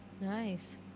Nice